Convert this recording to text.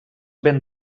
ben